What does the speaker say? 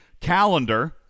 calendar